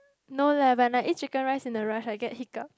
no leh when I eat Chicken Rice in a rush I get hiccups